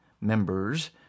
members